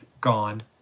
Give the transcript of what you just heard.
gone